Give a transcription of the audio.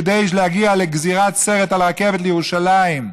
כדי להגיע לגזירת הסרט ברכבת לירושלים.